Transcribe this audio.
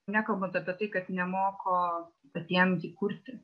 nekalbant apie tai kad nemoko patiem jį kurti